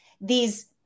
these-